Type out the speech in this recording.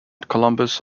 columbus